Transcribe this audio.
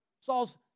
Saul's